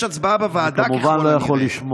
למה הוא צריך, ויש הצבעה בוועדה, ככל הנראה.